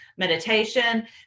meditation